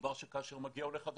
מדובר שכאשר מגיע עולה חדש,